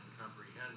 comprehend